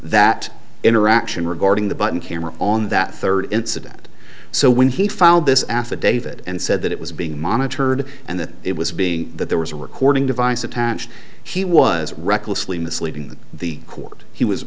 that interaction regarding the button camera on that third incident so when he found this affidavit and said that it was being monitored and that it was being that there was a recording device attached he was recklessly misleading the court he was